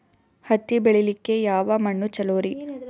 ಹತ್ತಿ ಬೆಳಿಲಿಕ್ಕೆ ಯಾವ ಮಣ್ಣು ಚಲೋರಿ?